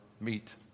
meet